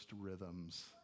rhythms